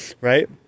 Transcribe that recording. right